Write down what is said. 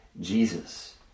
Jesus